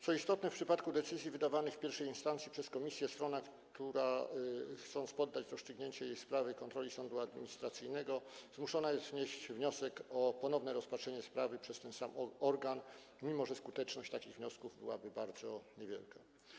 Co istotne, w przypadku decyzji wydawanych w pierwszej instancji przez komisję strona, która chce poddać rozstrzygnięcie jej sprawy kontroli sądu administracyjnego, zmuszona jest wnieść wniosek o ponowne rozpatrzenie sprawy przez ten sam organ, mimo że skuteczność takich wniosków byłaby bardzo niewielka.